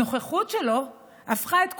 הנוכחות שלו הפכה את כולנו,